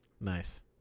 nice